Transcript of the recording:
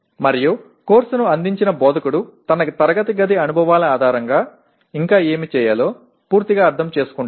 మరియు కోర్సును అందించిన బోధకుడు తన తరగతి గది అనుభవాల ఆధారంగా ఇంకా ఏమి చేయాలో పూర్తిగా అర్థం చేసుకుంటాడు